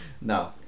no